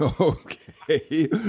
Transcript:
Okay